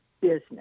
business